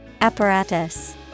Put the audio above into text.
Apparatus